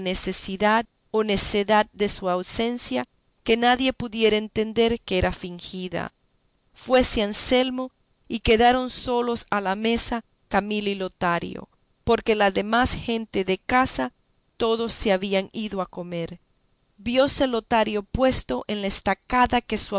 necesidad o necedad de su ausencia que nadie pudiera entender que era fingida fuese anselmo y quedaron solos a la mesa camila y lotario porque la demás gente de casa toda se había ido a comer viose lotario puesto en la estacada que su